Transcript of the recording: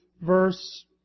verse